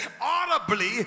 audibly